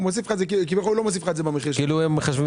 הוא לא מחשב את זה במחיר --- הם מחשבים